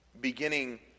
beginning